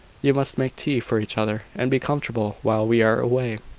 you must make tea for each other, and be comfortable while we are away,